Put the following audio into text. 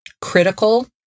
critical